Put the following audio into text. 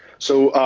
so,